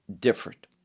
different